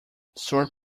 sort